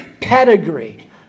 pedigree